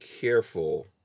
careful